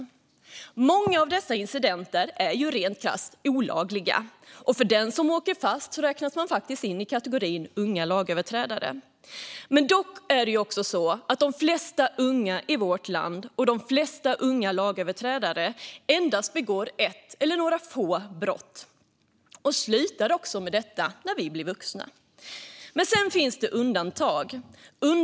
Många av dessa incidenter är rent krasst olagliga, och den som åker fast räknas in i kategorin unga lagöverträdare. Dock är det också så att de flesta av de unga lagöverträdarna i vårt land endast begår ett eller några få brott och slutar med det när de blir vuxna. Men det finns undantag.